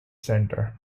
centre